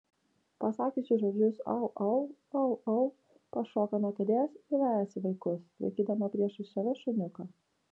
pasakiusi žodžius au au au au pašoka nuo kėdės ir vejasi vaikus laikydama priešais save šuniuką